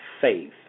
faith